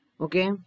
Okay